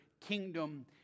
kingdom